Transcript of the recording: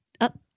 Up